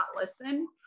listen